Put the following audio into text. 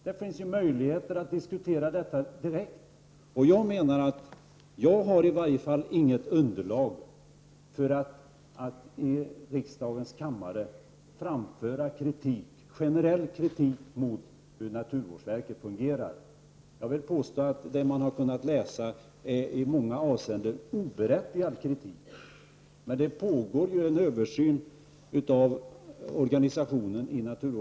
Då ges det möjligheter att direkt med honom diskutera hur naturvårdsverket fungerar. Jag har i varje fall inget underlag för att i riksdagens kammare framföra generell kritik mot hur naturvårdsverket fungerar. Jag vill tvärtom påstå att den kritik som jag har kunnat läsa i många avseenden är oberättigad kritik. Nu pågår det en översyn av naturvårdsverkets organisation.